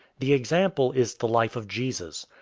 the example is the life of jesus.